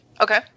Okay